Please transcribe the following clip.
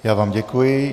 Já vám děkuji.